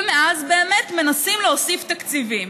ומאז באמת מנסים להוסיף תקציבים,